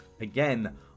Again